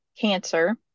cancer